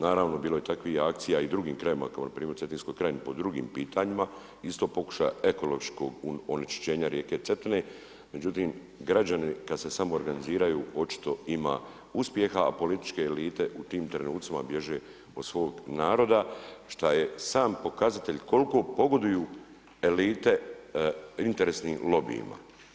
Naravno bilo je takvih akcija i u drugim krajevima kao npr. u Cetinskoj krajini po drugim pitanjima isto pokušaja ekološkog onečišćenja rijeke Cetine, međutim građani kada se samoorganiziraju očito ima uspjeha, a političke elite u tim trenucima bježe od svog naroda šta je sam pokazatelj koliko pogoduju elite interesnim lobijima.